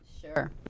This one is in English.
Sure